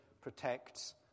protects